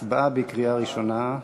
הצבעה בקריאה ראשונה.